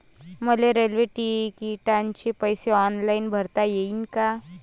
मले रेल्वे तिकिटाचे पैसे ऑनलाईन भरता येईन का?